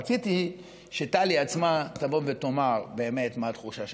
רציתי שטלי עצמה תבוא ותאמר באמת מה התחושה שלה.